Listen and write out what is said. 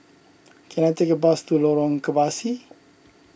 can I take a bus to Lorong Kebasi